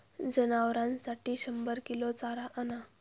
जनावरांसाठी शंभर किलो चारा आणा